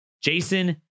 jason